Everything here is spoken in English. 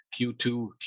Q2